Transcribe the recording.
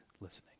listening